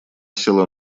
села